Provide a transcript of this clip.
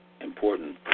Important